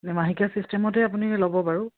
মাহেকীয়া চিষ্টেমতে আপুনি ল'ব বাৰু